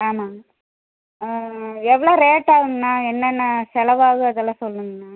ஆமாம்ங்க எவ்வளோ ரேட் ஆகும்ண்ணா என்னென்ன செலவு ஆகும் அதெல்லாம் சொல்லுங்ணா